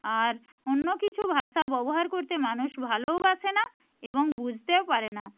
আর অন্য কিছু ভাষা ব্যবহার করতে মানুষ ভালোওবাসে না এবং বুঝতেও পারে না